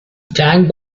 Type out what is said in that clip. جنگ